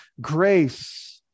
grace